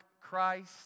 Christ